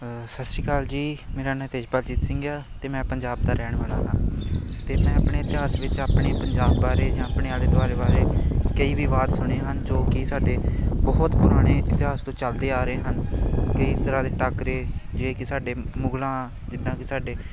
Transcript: ਸਤਿ ਸ਼੍ਰੀ ਅਕਾਲ ਜੀ ਮੇਰਾ ਨਾਂ ਤੇਜਪਾਲਜੀਤ ਸਿੰਘ ਆ ਅਤੇ ਮੈਂ ਪੰਜਾਬ ਦਾ ਰਹਿਣ ਵਾਲਾ ਹਾਂ ਅਤੇ ਮੈਂ ਆਪਣੇ ਇਤਿਹਾਸ ਵਿੱਚ ਆਪਣੇ ਪੰਜਾਬ ਬਾਰੇ ਜਾਂ ਆਪਣੇ ਆਲੇ ਦੁਆਲੇ ਬਾਰੇ ਕਈ ਵਿਵਾਦ ਸੁਣੇ ਹਨ ਜੋ ਕਿ ਸਾਡੇ ਬਹੁਤ ਪੁਰਾਣੇ ਇਤਿਹਾਸ ਤੋਂ ਚਲਦੇ ਆ ਰਹੇ ਹਨ ਕਈ ਤਰ੍ਹਾਂ ਦੇ ਟਾਕਰੇ ਜਿਹੜੇ ਕਿ ਸਾਡੇ ਮੁਗਲਾਂ ਜਿੱਦਾਂ ਕਿ ਸਾਡੇ